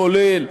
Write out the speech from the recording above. כולל,